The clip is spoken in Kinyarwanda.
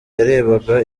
yarebaga